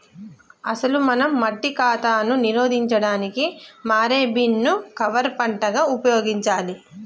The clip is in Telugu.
అసలు మనం మట్టి కాతాను నిరోధించడానికి మారే బీన్ ను కవర్ పంటగా ఉపయోగించాలి